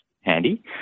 handy